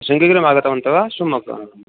शृङ्गगिरिम् आगतवन्तः वा शिवमोग्गाम्